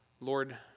Lord